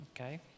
Okay